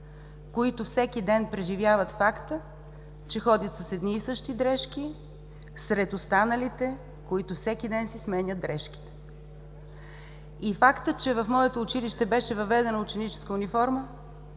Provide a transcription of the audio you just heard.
които всеки ден преживяват факта, че ходят с едни и същи дрешки сред останалите, които всеки ден си сменят дрешките. И фактът, че в моето училище беше въведена ученическа униформа,